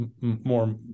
more